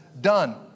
done